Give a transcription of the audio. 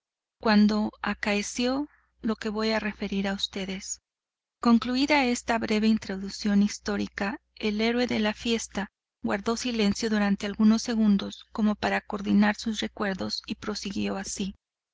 cuando acaeció lo que voy a referir a ustedes concluida esta breve introducción histórica el héroe de la fiesta guardó silencio durante algunos segundos como para coordinar sus recuerdos y prosiguió así